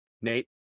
Nate